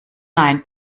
nein